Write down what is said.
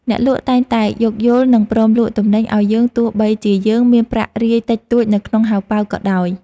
អ្នកលក់តែងតែយោគយល់និងព្រមលក់ទំនិញឱ្យយើងទោះបីជាយើងមានប្រាក់រាយតិចតួចនៅក្នុងហោប៉ៅក៏ដោយ។